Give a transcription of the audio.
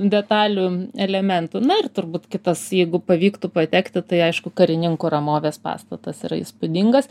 detalių elementų na ir turbūt kitas jeigu pavyktų patekti tai aišku karininkų ramovės pastatas yra įspūdingas